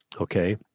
okay